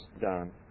done